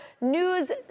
news